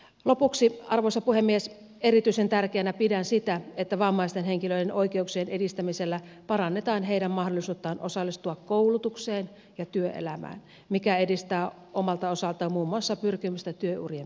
lopuksi arvoisa puhemies erityisen tärkeänä pidän sitä että vammaisten henkilöiden oikeuksien edistämisellä parannetaan heidän mahdollisuuttaan osallistua koulutukseen ja työelämään mikä edistää omalta osaltaan muun muassa pyrkimystä työurien pidentämiseen